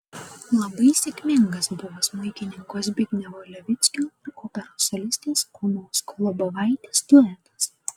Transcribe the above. labai sėkmingas buvo smuikininko zbignevo levickio ir operos solistės onos kolobovaitės duetas